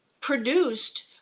produced